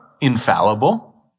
infallible